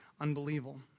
unbelievable